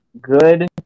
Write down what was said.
good